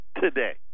today